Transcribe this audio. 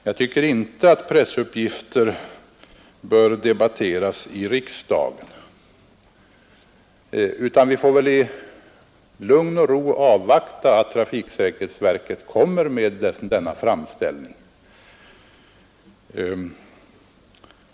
Jag tycker inte att sådana pressuppgifter bör debatteras i riksdagen. Vi får väl i lugn och ro avvakta att trafiksäkerhetsverket gör sin framställning.